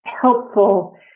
helpful